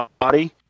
body